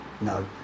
No